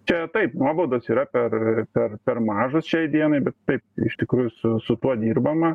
čia taip nuobaudos yra per per per mažos šiai dienai bet taip iš tikrųjų su su tuo dirbama